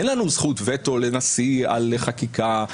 אין לנו זכות וטו לנשיא על חקיקה.